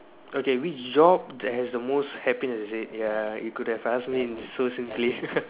okay which job that has the most happiness is it ya you could have asked me so simply